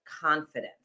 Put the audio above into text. confidence